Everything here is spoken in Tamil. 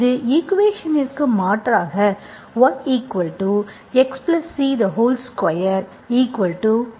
இது ஈக்குவேஷன்ஸ்ற்கு மாற்றாக yxc2y22பெறுவீர்கள்